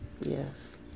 Yes